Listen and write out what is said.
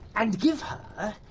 and give her,